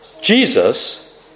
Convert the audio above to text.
Jesus